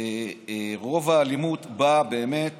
רוב האלימות באה באמת